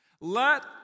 let